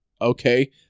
Okay